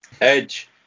Edge